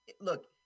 look